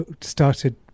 started